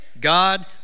God